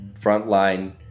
Frontline